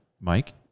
Mike